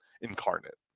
incarnate